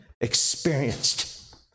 experienced